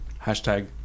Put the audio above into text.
Hashtag